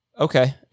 Okay